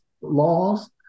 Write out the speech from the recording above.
laws